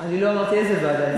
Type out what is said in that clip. אני לא אמרתי איזה ועדה.